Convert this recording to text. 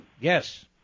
Yes